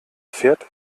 fährt